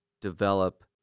develop